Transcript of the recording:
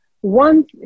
one